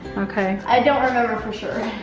okay. i don't remember for sure.